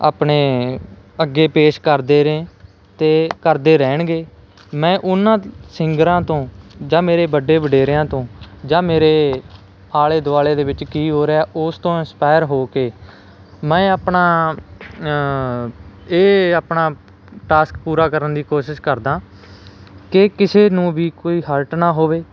ਆਪਣੇ ਅੱਗੇ ਪੇਸ਼ ਕਰਦੇ ਰਹੇ ਅਤੇ ਕਰਦੇ ਰਹਿਣਗੇ ਮੈਂ ਉਹਨਾਂ ਸਿੰਗਰਾਂ ਤੋਂ ਜਾਂ ਮੇਰੇ ਵੱਡੇ ਵਡੇਰਿਆਂ ਤੋਂ ਜਾਂ ਮੇਰੇ ਆਲੇ ਦੁਆਲੇ ਦੇ ਵਿੱਚ ਕੀ ਹੋ ਰਿਹਾ ਉਸ ਤੋਂ ਇੰਸਪਾਇਰ ਹੋ ਕੇ ਮੈਂ ਆਪਣਾ ਇਹ ਆਪਣਾ ਟਾਸਕ ਪੂਰਾ ਕਰਨ ਦੀ ਕੋਸ਼ਿਸ਼ ਕਰਦਾ ਕਿ ਕਿਸੇ ਨੂੰ ਵੀ ਕੋਈ ਹਰਟ ਨਾ ਹੋਵੇ